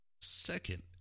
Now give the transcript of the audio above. Second